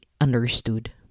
understood